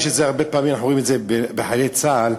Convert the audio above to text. הרבה פעמים אנחנו רואים את זה אצל חיילי צה"ל,